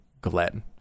Glenn